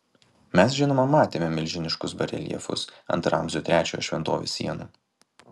mes žinoma matėme milžiniškus bareljefus ant ramzio trečiojo šventovės sienų